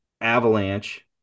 Avalanche